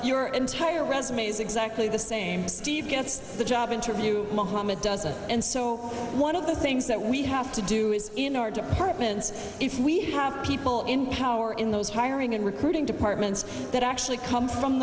your entire resumes exactly the same steve gets the job interview mohammad doesn't and so one of the things that we have to do is in our departments if we have people in power in those hiring and recruiting departments that actually come from